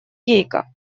гейка